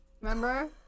Remember